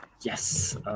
yes